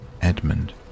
Edmund